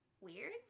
Weird